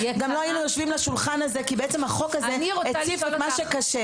גם לא היינו יושבים ליד השולחן הזה כי בעצם הוק הזה הציף את מה שקשה.